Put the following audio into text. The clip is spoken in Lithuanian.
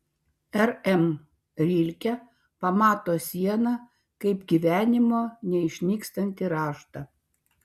r m rilke pamato sieną kaip gyvenimo neišnykstantį raštą